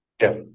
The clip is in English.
yes